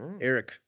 Eric